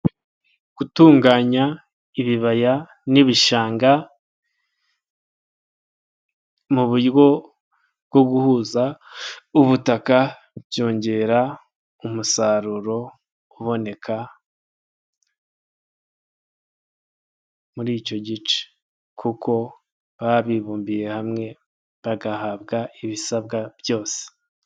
Gutunganya ibibaya n'ibishanga mu buryo bwo guhuza ubutaka, byongera umusaruro uboneka muri icyo gice. Kuko baba bibumbiye hamwe, bagahabwa ibisabwa byose.